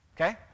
okay